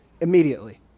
immediately